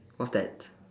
what's that